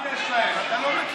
אתה לא יודע